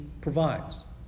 provides